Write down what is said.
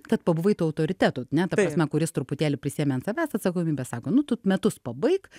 tad pabuvai tuo autoritetu ane ta prasme kuris truputėlį prisiėmė ant savęs atsakomybę sako nu tu metus pabaik